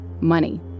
money